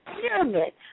pyramid